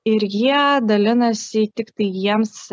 ir jie dalinasi tiktai jiems